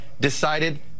decided